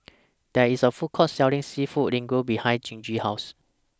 There IS A Food Court Selling Seafood Linguine behind Gigi's House